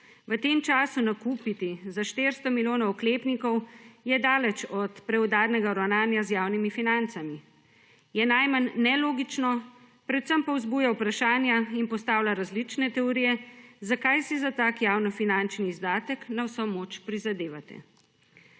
V tem času nakupiti za 400 milijonov oklepnikov je daleč od preudarnega ravnanja z javnimi financami, je najmanj nelogično, predvsem pa vzbuja vprašanja in postavlja različne teorije, zakaj si za tak javnofinančni izdatek na vso moč prizadevate.